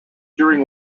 during